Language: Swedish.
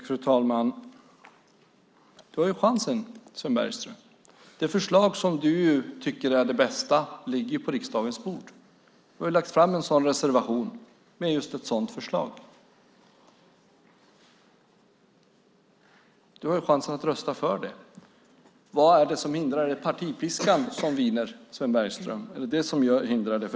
Fru talman! Nu har du chansen, Sven Bergström! Det förslag som du tycker är det bästa ligger på riksdagens bord. Du har ju lagt fram en reservation med just ett sådant förslag. Nu har du chansen att rösta för det. Vad är det som hindrar? Är det partipiskan som viner, Sven Bergström, och som hindrar dig?